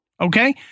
Okay